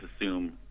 assume